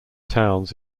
towns